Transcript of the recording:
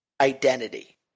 identity